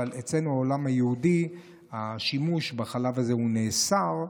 אבל אצלנו בעולם היהודי השימוש בחלב הזה נאסר.